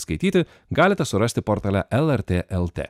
skaityti galite surasti portale lrt lt